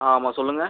ஆ ஆமாம் சொல்லுங்கள்